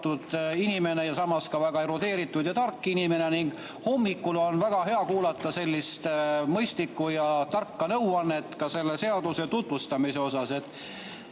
inimene ja samas ka väga erudeeritud ja tark inimene ning hommikul on väga hea kuulata sellist mõistlikku ja tarka nõuannet selle seaduse tutvustamise osas.